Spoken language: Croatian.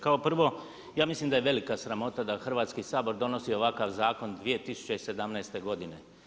Kao prvo, ja mislim da je velika sramota da Hrvatski sabor donosi ovakav zakon 2017. godine.